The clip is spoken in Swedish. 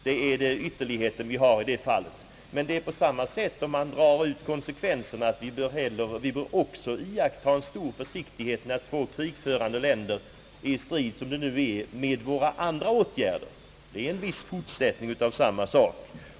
Det är de ytterligheter vi har i detta fall. Det är på samma sätt, om vi drar ut konsekvenserna, att vi också bör iaktta stor försiktighet med våra åtgärder när två länder är i krig. Det är en viss fortsättning av samma sak.